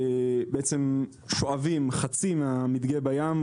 ששואבים חצי מהמדגה בים,